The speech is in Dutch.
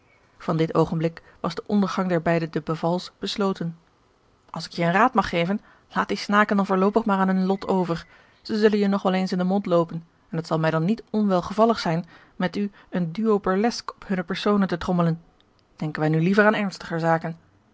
van dit oogenblik was de ondergang der beide de bevals besloten als ik je een raad mag geven laat die snaken dan voorloopig maar aan hun lot over zij zullen je nog wel eens in den mond loopen en het zal mij dan niet onwelgevallig zijn met u een duo burlesque op hunne personen te trommelen denken wij nu liever aan ernstiger zaken